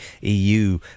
EU